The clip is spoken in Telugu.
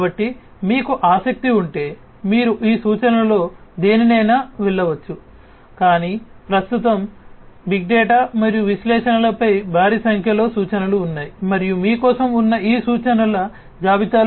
కాబట్టి మీకు ఆసక్తి ఉంటే మీరు ఈ సూచనలలో దేనినైనా వెళ్ళవచ్చు కాని ప్రస్తుతం బిగ్ డేటా మరియు విశ్లేషణలపై భారీ సంఖ్యలో సూచనలు ఉన్నాయి మరియు మీ కోసం ఉన్న ఈ సూచనల జాబితాలకు మించి కూడా మీరు వెళ్ళవచ్చు